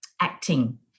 acting